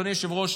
אדוני היושב-ראש,